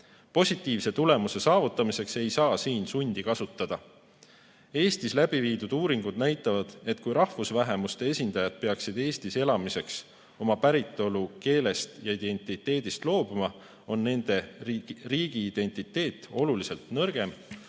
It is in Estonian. Positiivse tulemuse saavutamiseks ei saa siin sundi kasutada. Eestis läbiviidud uuringud näitavad, et kui rahvusvähemuste esindajad peaksid Eestis elamiseks oma päritolukeelest ja ‑identiteedist loobuma, oleks nende riigiidentiteet oluliselt nõrgem